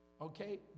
okay